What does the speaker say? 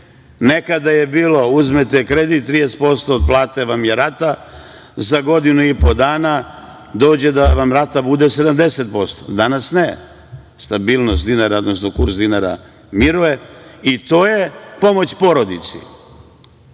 Nekada je bilo uzmete kredit, 30% od plate vam je rata, za godinu i po dana dođe da vam rata bude 70%. Danas, ne. Stabilnost dinara, odnosno kurs dinara miruje i to je pomoć porodici.